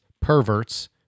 perverts